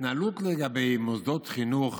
ההתנהלות לגבי מוסדות חינוך